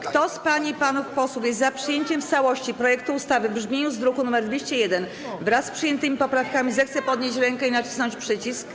Kto z pań i panów posłów jest za przyjęciem w całości projektu ustawy w brzmieniu z druku nr 201, wraz z przyjętymi poprawkami, zechce podnieść rękę i nacisnąć przycisk.